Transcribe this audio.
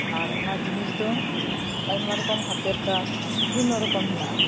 ᱟᱨ ᱚᱱᱟ ᱡᱤᱱᱤᱥᱫᱚ ᱟᱭᱢᱟ ᱨᱚᱠᱚᱢ ᱦᱟᱛᱮᱨ ᱠᱟᱡᱽ ᱵᱤᱵᱷᱤᱱᱱᱚ ᱨᱚᱠᱚᱢ ᱦᱮᱱᱟᱜᱼᱟ